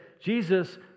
Jesus